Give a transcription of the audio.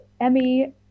emmy